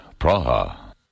Praha